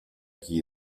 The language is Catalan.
qui